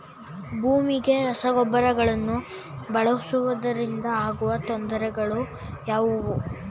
ಭೂಮಿಗೆ ರಸಗೊಬ್ಬರಗಳನ್ನು ಬಳಸುವುದರಿಂದ ಆಗುವ ತೊಂದರೆಗಳು ಯಾವುವು?